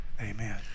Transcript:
Amen